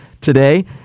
today